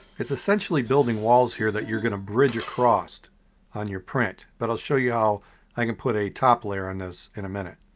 it's essentially building walls here that you're gonna bridge across on your print. but i'll show you how i can put a top layer on this in a minute.